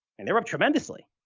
and they're up tremendously.